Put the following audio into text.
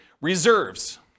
reserves